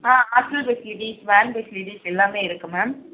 ஆ hostel facility van facilities எல்லாமே இருக்குது ma'am